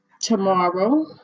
Tomorrow